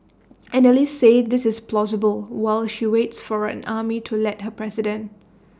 analysts say this is plausible while she waits for the army to let her be president